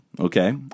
Okay